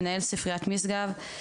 מנהל ספריית משגב.